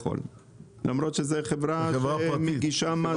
למרות שזו חברה שמגישה מאזנים?